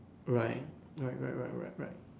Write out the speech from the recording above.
right right right right right right